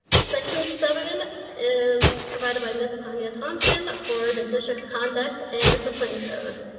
section seven is provided by miss tonya thompson for the digits, conduct and discipline code.